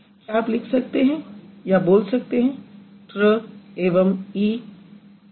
क्या आप लिख सकते हैं या बोल सकते हैं tra ट्र एवं ई